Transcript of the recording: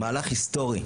מהלך היסטורי,